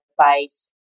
advice